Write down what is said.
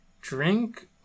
drink